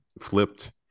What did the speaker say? flipped